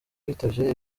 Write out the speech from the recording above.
bitavye